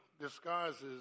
disguises